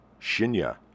Shinya